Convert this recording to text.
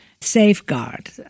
safeguard